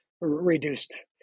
reduced